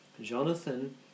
Jonathan